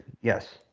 yes